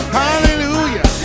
hallelujah